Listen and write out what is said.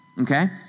okay